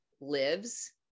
lives